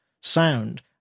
sound